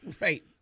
right